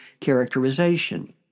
characterization